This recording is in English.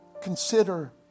Consider